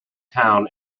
town